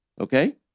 Okay